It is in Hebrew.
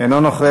אינו נוכח.